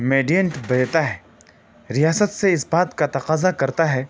دیتا ہے ریاست سے اس بات کا تقاضا کرتا ہے